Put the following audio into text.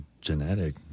genetic